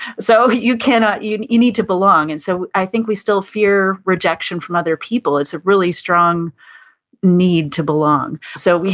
so, you cannot, you and you need to belong. and so i think we still fear rejection from other people. it's a really strong need to belong. so,